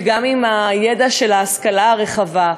וגם עם הידע של ההשכלה הרחבה,